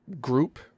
group